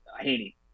Haney